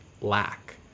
lack